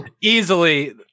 easily